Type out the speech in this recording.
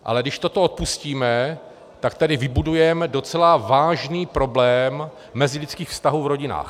Ale když toto odpustíme, tak tady vybudujeme docela vážný problém mezilidských vztahů v rodinách.